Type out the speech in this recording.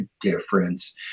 difference